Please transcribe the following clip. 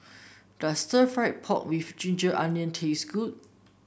does stir fry pork with Ginger Onions taste good